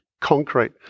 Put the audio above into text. concrete